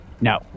No